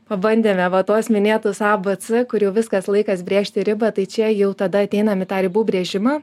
pabandėme va tuos minėtus a b c kur jau viskas laikas brėžti ribą tai čia jau tada ateinam į tą ribų brėžimą